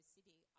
City